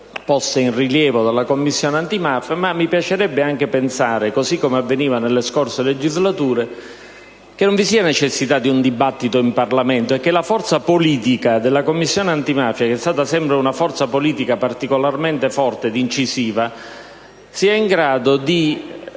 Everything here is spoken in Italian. poste in rilievo dalla Commissione antimafia, ma mi piacerebbe anche pensare che, così come avveniva nelle passate legislature, non vi sia la necessità di un dibattito in Parlamento e che dunque la forza politica della Commissione antimafia, che è stata sempre particolarmente forte e incisiva, possa far sì